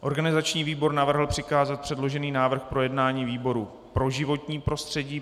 Organizační výbor navrhl přikázat předložený návrh k projednání výboru pro životní prostředí.